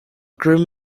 groom